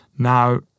Now